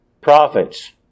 prophets